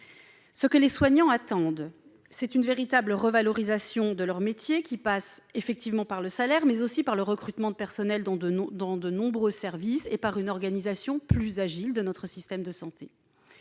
Ce que les soignants attendent, c'est une véritable revalorisation de leurs métiers, qui passe par le salaire mais aussi par le recrutement de personnel dans de nombreux services et par une organisation plus agile du système de santé.